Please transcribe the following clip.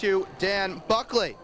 two dan buckley